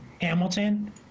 Hamilton